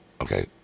Okay